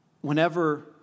Whenever